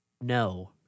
No